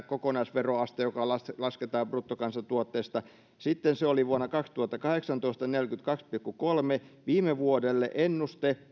kokonaisveroaste joka lasketaan bruttokansantuotteesta sitten vuonna kaksituhattakahdeksantoista se oli neljäkymmentäkaksi pilkku kolme ennuste